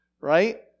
right